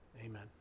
amen